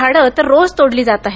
झाडं तर रोज तोडली जात आहेत